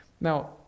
now